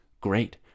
great